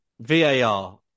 VAR